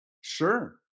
Sure